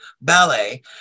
Ballet